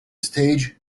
stage